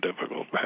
difficult